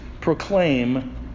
proclaim